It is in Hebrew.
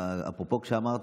אפרופו מה שאמרת,